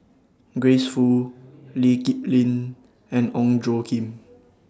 Grace Fu Lee Kip Lin and Ong Tjoe Kim